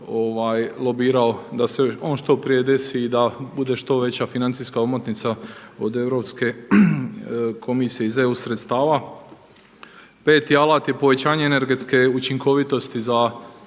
lobirao da se on što prije desi i da bude što veća financijska omotnica od Europske komisije iz EU sredstava. Peti alat je povećanje energetske učinkovitosti za